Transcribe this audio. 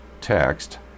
text